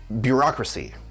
bureaucracy